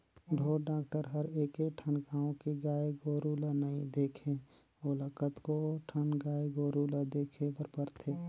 ढोर डॉक्टर हर एके ठन गाँव के गाय गोरु ल नइ देखे ओला कतको ठन गाय गोरु ल देखे बर परथे